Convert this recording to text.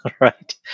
right